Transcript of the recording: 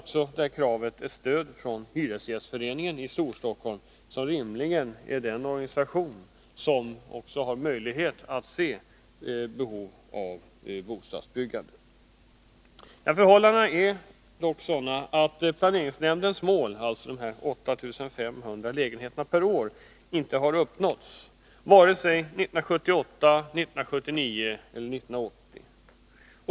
Kravet har även stöd från Hyresgästföreningen i Stor-Stockholm, som rimligen är den organisation som har möjlighet att se behovet av bostadsbyggande. Förhållandena är dock sådana att planeringsnämndens mål — 8 500 lägenheter per år — inte har uppnåtts vare sig 1978, 1979 eller 1980.